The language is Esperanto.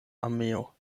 armeo